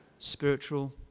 Spiritual